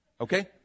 Okay